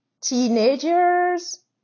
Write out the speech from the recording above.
teenagers